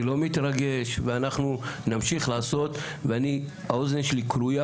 אני לא מתרגש ואנחנו נמשיך לעשות ואני האוזן שלי קרויה